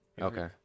Okay